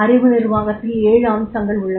அறிவு நிர்வாகத்தில் 7 அம்சங்கள் உள்ளன